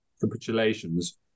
capitulations